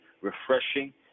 refreshing